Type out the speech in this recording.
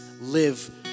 live